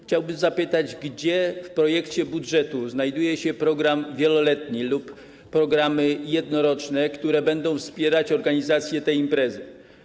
Chciałbym zapytać, gdzie w projekcie budżetu znajduje się program wieloletni lub programy jednoroczne, które będą wspierać organizację tej imprezy.